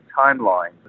timeline